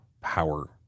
power